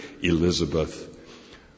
Elizabeth